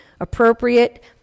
appropriate